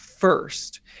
first